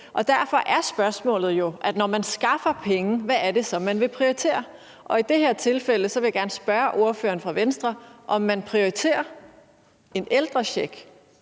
Derfor er spørgsmålet jo, når man skaffer penge, hvad det så er, man vil prioritere. Og i det her tilfælde vil jeg gerne spørge ordføreren fra Venstre, om man prioriterer en ældrecheck